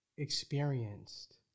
experienced